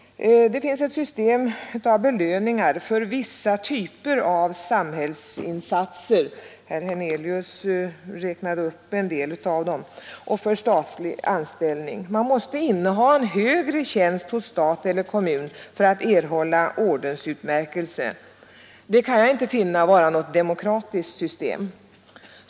Det finns ett system av belöningar för vissa typer av samhällsinsatser — herr Hernelius räknade upp en del av dessa — och för statlig anställning. Man måste inneha en högre tjänst hos stat eller kommun för att erhålla ordensutmärkelse. Det anser jag inte vara något demokratiskt system.